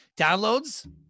Downloads